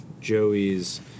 Joey's